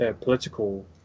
political